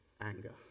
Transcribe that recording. anger